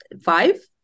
five